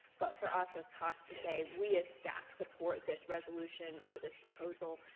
but for us as cast today. we as staff support this resolution or this proposal.